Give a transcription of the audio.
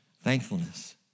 Thankfulness